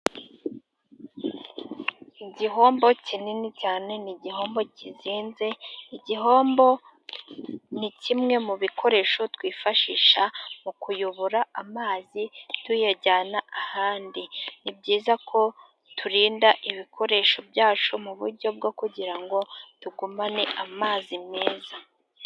Igihombo kinini cyane ni igihombo kizinze, igihombo ni kimwe mu bikoresho twifashisha mu kuyobora amazi tuyajyana ahandi. Ni byiza ko turinda ibikoresho byacu mu buryo bwo kugira ngo tugumane amazi meza.